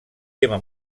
tema